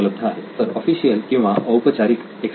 तर ऑफिशियल किंवा औपचारिक एक्स्टर्नल